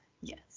Yes